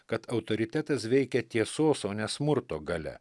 kad autoritetas veikia tiesos o ne smurto galia